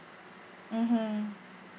mmhmm